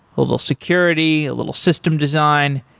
a little security, a little system design.